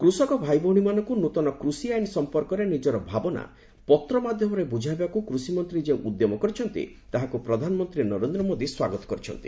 କୃଷକ ଭାଇଭଉଣୀମାନଙ୍କୁ ନୂତନ କୃଷି ଆଇନ ସମ୍ପର୍କରେ ନିକର ଭାବନା ପତ୍ର ମାଧ୍ୟମରେ ବୁଝାଇବାକୁ କୃଷିମନ୍ତ୍ରୀ ଯେଉଁ ଉଦ୍ୟମ କରିଛନ୍ତି ତାହାକୁ ପ୍ରଧାନମନ୍ତ୍ରୀ ନରେନ୍ଦ୍ର ମୋଦି ସ୍ୱାଗତ କରିଛନ୍ତି